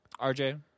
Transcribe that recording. RJ